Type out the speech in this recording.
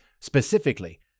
specifically